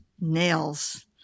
nails